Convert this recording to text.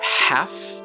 half